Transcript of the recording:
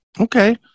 Okay